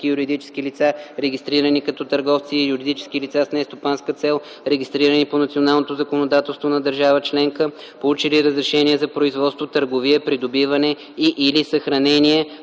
и юридически лица, регистрирани като търговци, и юридически лица с нестопанска цел, регистрирани по националното законодателство на държава членка, получили разрешение за производство, търговия, придобиване и/или съхранение